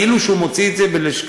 כאילו שהוא מוציא את זה בלשכה.